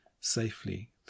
safely